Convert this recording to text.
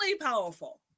powerful